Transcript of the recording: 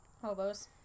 Hobos